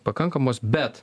pakankamos bet